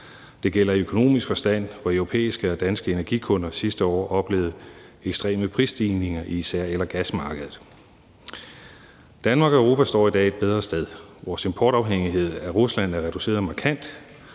det gælder i økonomisk forstand, hvor europæiske og danske energikunder sidste år oplevede ekstreme prisstigninger på især el- og gasmarkedet. Danmark og Europa står i dag et bedre sted. Vores importafhængighed af Rusland er reduceret markant.